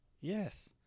Yes